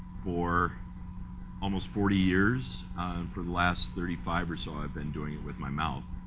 for almost forty years for the last thirty five or so. i've been doing it with my mouth.